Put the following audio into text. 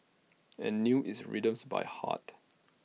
and knew its rhythms by heart